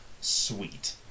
sweet